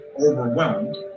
overwhelmed